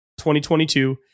2022